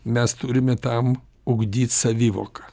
mes turime tam ugdyt savivoką